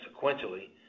sequentially